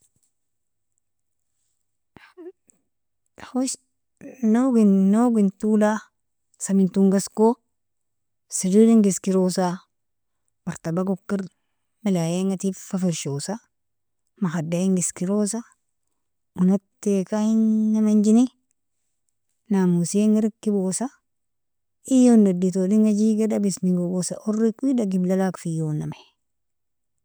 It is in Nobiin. - hosh nogin tola samintongasko sriring giskirosa, martaba gokir milayainga tifa fershosa makhaddinga iskirosa unate kanjamanjini, namosiainga rikibosa iyon editodinga jigida bismi gogosa orrikwida giblalak fiyonami.